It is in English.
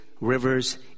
rivers